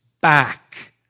back